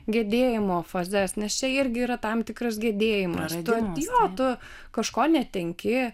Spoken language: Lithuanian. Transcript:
gedėjimo fazes nes čia irgi yra tam tikras gedėjimas tu o tu kažko netenki